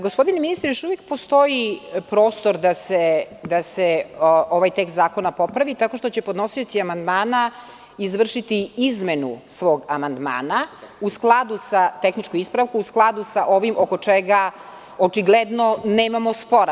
Gospodine ministre, još uvek postoji prostor da se ovaj tekst zakona popravi, tako što će podnosioci amandmana izvršiti izmenu svog amandmana u skladu sa tehničkom ispravkom, u skladu sa ovim oko čega očigledno nemamo spora.